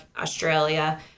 Australia